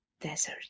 desert